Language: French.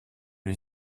les